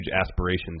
aspirations